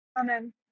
Amen